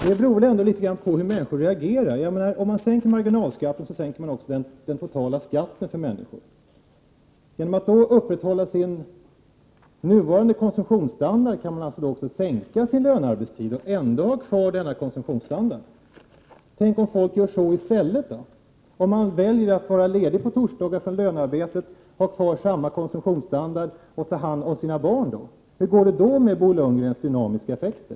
Det beror ju litet på hur människor reagerar. Om man sänker marginalskatterna, sänker man också den totala skatten för människorna. Man skall alltså kunna upprätthålla sin nuvarande konsumtionsstandard och ändå sänka sin lönearbetstid. Tänk om folk gör så i stället, att man väljer att vara ledig t.ex. på torsdagar från lönearbetet, vill ha samma konsumtionsstandard och ta hand om sina barn. Hur går det då med Bo Lundgrens dynamiska effekter?